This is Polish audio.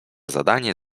zdanie